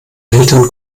älteren